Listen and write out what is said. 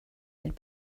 had